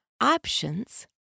options